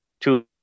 two